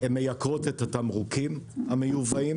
הן מייקרות את התמרוקים המיובאים.